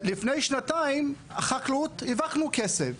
שלפני שנתיים החקלאות הרווחנו כסף,